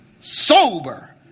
sober